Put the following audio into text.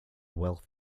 wealth